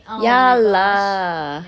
ya lah